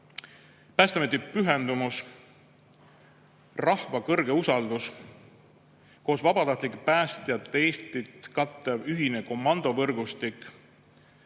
Päästeameti pühendumus, rahva kõrge usaldus, vabatahtlike päästjate Eestit kattev ühine komandovõrgustik